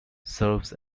serves